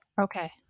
Okay